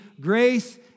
grace